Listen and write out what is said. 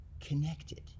connected